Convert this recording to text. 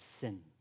sin